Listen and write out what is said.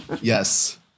Yes